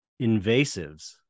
Invasives